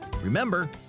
Remember